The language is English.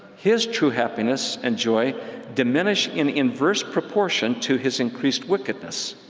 his true happiness and joy diminish in inverse proportion to his increased wickedness,